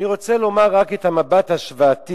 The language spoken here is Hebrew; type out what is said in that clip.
אני רוצה לומר רק את המבט ההשוואתי